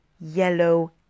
yellow